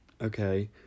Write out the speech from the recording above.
Okay